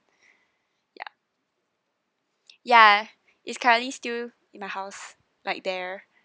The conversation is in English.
ya ya is currently still in my house like there